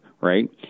right